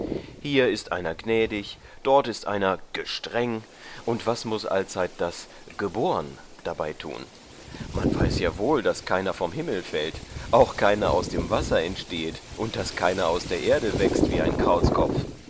hier ist einer gnädig dort ist der ander gestreng und was muß allzeit das geborn darbei tun man weiß ja wohl daß keiner vom himmel fällt auch keiner aus dem wasser entstehet und daß keiner aus der erde wächst wie ein